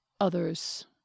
others